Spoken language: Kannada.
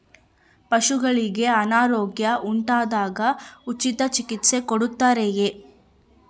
ಪಶುಗಳಿಗೆ ಅನಾರೋಗ್ಯ ಉಂಟಾದಾಗ ಉಚಿತ ಚಿಕಿತ್ಸೆ ಕೊಡುತ್ತಾರೆಯೇ?